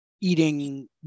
eating